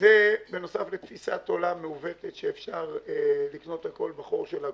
זה בנוסף לתפיסת עולם מעוותת שאפשר לקנות הכול בחור של הגרוש.